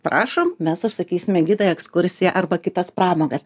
prašom mes užsakysime gidą į ekskursiją arba kitas pramogas